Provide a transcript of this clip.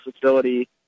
facility